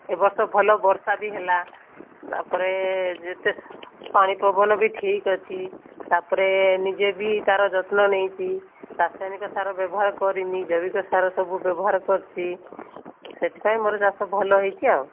ଏବର୍ଷ ଭଲ ବର୍ଷା ବି ହେଲା ତା'ପରେ ଯେତେ ପାଣି ପବନ ବି ଠିକ୍ ଅଛି ତା'ପରେ ନିଜେ ବି ତାର ଯତ୍ନ ନେଇଛି ରାସାୟନିକ ସାର ବ୍ୟବହାର କରିନି ଜୈବିକ ସାର ସବୁ ବ୍ୟବହାର କରିଛି ସେଥିପାଇଁ ମୋ'ର ଚାଷ ଭଲ ହୋଇଛି ଆଉ